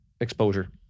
exposure